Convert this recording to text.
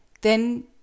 Then